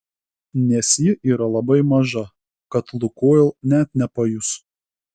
nes ji yra labai maža kad lukoil net nepajus